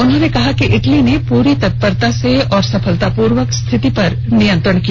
उन्होंने कहा कि इटली ने पूरी तत्परता से और सफलतापूर्वक रिथति पर नियंत्रण किया